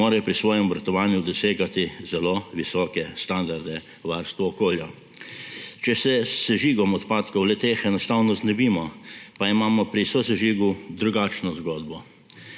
morajo pri svojem obratovanju dosegati zelo visoke standarde varstva okolja. Če se s sežigom odpadkov le-teh enostavno znebimo, pa imamo pri sosežigu drugačno zgodbo.